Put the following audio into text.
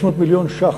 600 מיליון ש"ח.